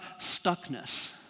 stuckness